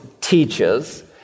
Teaches